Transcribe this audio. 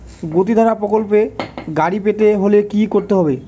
গতিধারা প্রকল্পে গাড়ি পেতে হলে কি করতে হবে?